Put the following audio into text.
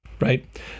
right